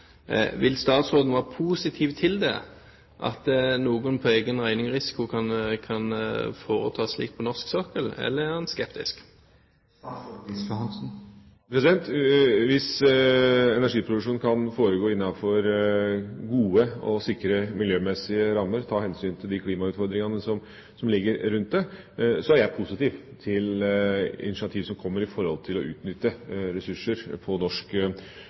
risiko kan gjøre slikt på norsk sokkel, eller er han skeptisk? Hvis energiproduksjonen kan foregå innenfor gode og sikre miljømessige rammer, og ta hensyn til de klimautfordringene som ligger rundt det, er jeg positiv til initiativ som går på det å utnytte ressurser på norsk